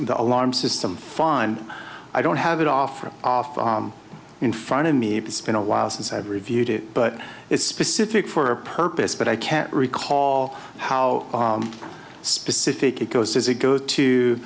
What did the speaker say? the alarm system fine i don't have it often in front of me it's been a while since i've reviewed it but it's specific for a purpose but i can't recall how specific it goes does it go to